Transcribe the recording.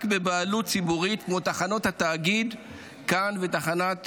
בבעלות ציבורית כמו תחנות התאגיד כאן ותחנת